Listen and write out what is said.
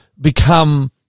become